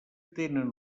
tenen